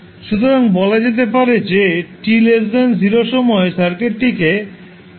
সুতরাং বলা যেতে পারে যে t0 সময়ে সার্কিটটিকে 2 ভাগে বিভক্ত করা যায়